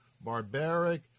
barbaric